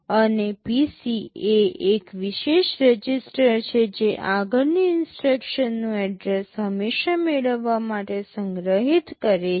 અને PC એ એક વિશેષ રજિસ્ટર છે જે આગળની ઇન્સટ્રક્શનનું એડ્રેસ હંમેશાં મેળવવા માટે સંગ્રહિત કરે છે